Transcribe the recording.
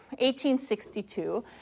1862